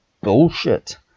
bullshit